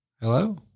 Hello